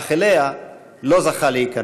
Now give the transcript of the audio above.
אך אליה לא זכה להיכנס.